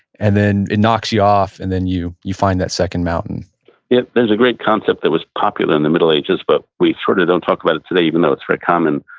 and then it knocks you off, and then you you find that second mountain yup. there's a great concept that was popular in the middle ages, but we sort of don't talk about it today even though it's very common,